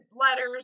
letters